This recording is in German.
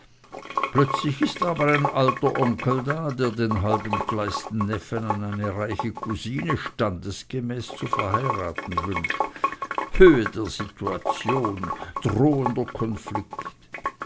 plötzlich aber ist ein alter onkel da der den halb entgleisten neffen an eine reiche cousine standesgemäß zu verheiraten wünscht höhe der situation drohendster konflikt